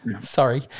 Sorry